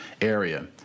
area